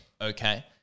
okay